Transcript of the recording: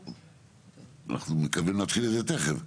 אנחנו מקווים להתחיל את זה תכף.